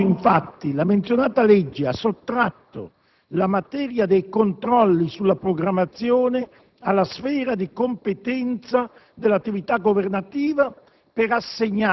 Come è noto, infatti, la menzionata legge ha sottratto la materia dei controlli sulla programmazione alla sfera di competenza dell'attività governativa